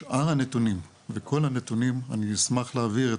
לשאר הנתונים וכל הנתונים - אני אשמח להעביר את